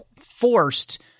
forced